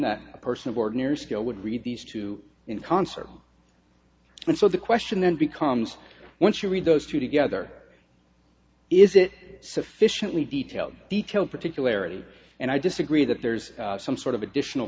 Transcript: that a person of ordinary skill would read these two in concert and so the question then becomes once you read those two together is it sufficiently detail detail particularities and i disagree that there's some sort of additional